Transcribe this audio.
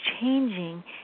changing